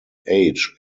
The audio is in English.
age